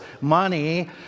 money